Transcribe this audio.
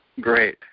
Great